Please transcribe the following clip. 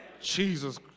Jesus